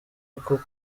uko